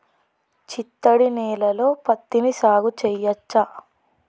చిత్తడి నేలలో పత్తిని సాగు చేయచ్చా?